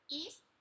east